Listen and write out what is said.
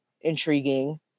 intriguing